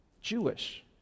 Jewish